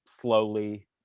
slowly